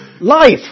life